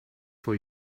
for